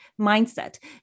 Mindset